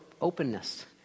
openness